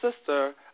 sister